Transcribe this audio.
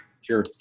Sure